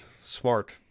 Smart